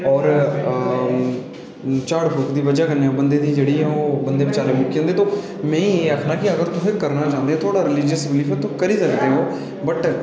होर झाड़ फूक दी बजह कन्नै बंदे दी जेह्ड़ी ऐ ओह् बंदे जानो मुक्की जंदे तो में एह् आखना कि अगर तुस करना चाहंदे थोह्ड़ा रीलीजियस बिलीफ ऐ तुस करी सकदे ओ वट